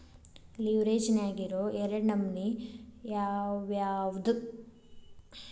ಲಿವ್ರೆಜ್ ನ್ಯಾಗಿರೊ ಎರಡ್ ನಮನಿ ಯಾವ್ಯಾವ್ದ್?